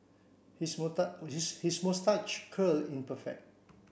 his his moustache curl is perfect